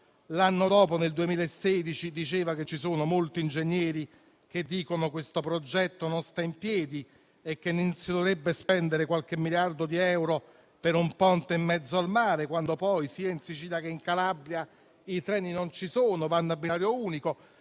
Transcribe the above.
l'anno dopo, nel 2016, diceva che ci sono molti ingegneri che dicono che questo progetto non sta in piedi e non si dovrebbe spendere qualche miliardo di euro per un ponte in mezzo al mare quando poi sia in Sicilia che in Calabria i treni non ci sono o viaggiano su binario unico.